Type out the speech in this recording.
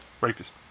Rapist